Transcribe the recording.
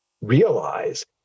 realize